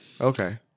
Okay